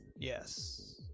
Yes